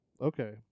Okay